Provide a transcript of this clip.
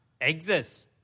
exists